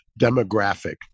demographic